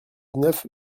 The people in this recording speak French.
neuf